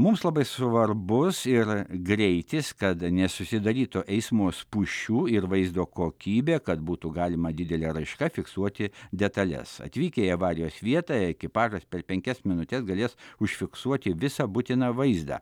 mums labai svarbus yra greitis kad nesusidarytų eismo spūsčių ir vaizdo kokybė kad būtų galima didele raiška fiksuoti detales atvykę į avarijos vietą ekipažas per penkias minutes galės užfiksuoti visą būtiną vaizdą